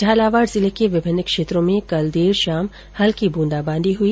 झालावाड़ जिले के विभिन्न क्षेत्रों में कल देर शाम हल्की बूंदाबांदी हुई